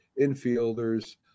infielders